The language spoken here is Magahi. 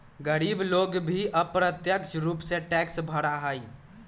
गरीब लोग भी अप्रत्यक्ष रूप से टैक्स भरा हई